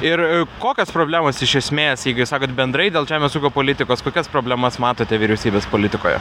ir i kokias problemas iš esmės jeigu jūs sakot bendrai dėl žemės ūkio politikos kokias problemas matote vyriausybės politikoje